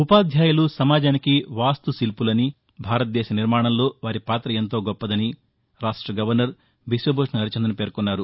ఉపాధ్యాయులు సమాజానికి వాస్తు శిల్పులని భారతదేశ నిర్మాణంలో వారి పాత ఎంతో గొప్పదని రాష్ట గవర్నర్ బిశ్వభూషణ్ హరిచందన్ పేర్కొన్నారు